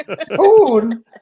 Spoon